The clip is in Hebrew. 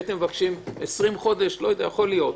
הייתם מבקשים 20 חודשים, יכול להיות.